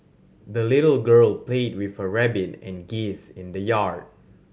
the little girl played with her rabbit and geese in the yard